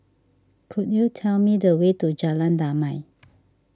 could you tell me the way to Jalan Damai